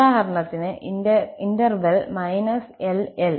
ഉദാഹരണത്തിന് ഇന്റർവെൽ −𝐿 𝐿